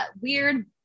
weird